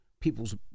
people's